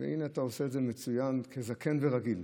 אתה עושה את זה מצוין, כזקן ורגיל.